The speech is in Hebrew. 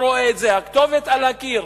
הכתובת על הקיר.